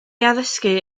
addysgu